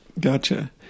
Gotcha